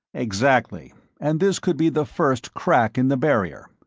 exactly and this could be the first crack in the barrier.